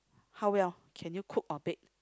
how well can you cook or bake